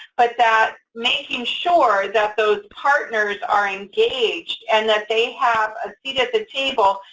but that making sure that those partners are engaged and that they have a seat at the table,